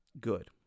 Good